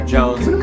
Jones